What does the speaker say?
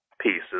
pieces